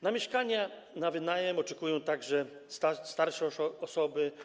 Na mieszkania na wynajem oczekują także starsze osoby.